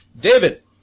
David